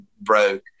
broke